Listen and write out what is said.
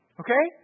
okay